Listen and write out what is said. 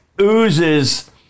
oozes